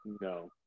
no